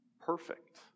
perfect